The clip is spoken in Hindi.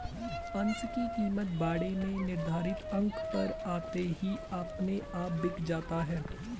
अंश की कीमत बाड़े में निर्धारित अंक पर आते ही अपने आप बिक जाता है